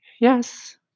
Yes